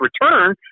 return